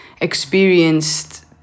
experienced